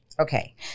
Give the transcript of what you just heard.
Okay